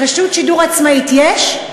רשות שידור עצמאית יש?